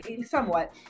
somewhat